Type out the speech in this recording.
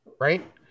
right